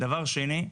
דבר שני,